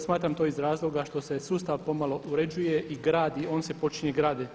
Smatram to iz razloga što se sustav pomalo uređuje i gradi, on se počinje graditi.